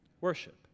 Worship